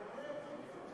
תוצר של